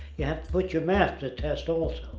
you have to put your math to test also.